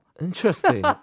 Interesting